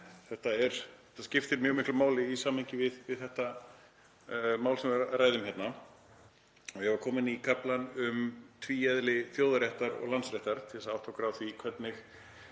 þetta skiptir mjög miklu máli í samhengi við þetta mál sem við ræðum hérna. Ég var kominn í kaflann um tvíeðli þjóðaréttar og Landsréttar, til að átta okkur á því hvernig